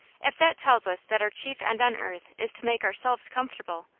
if that tells us that our chief end on earth is to make ourselves comfortable,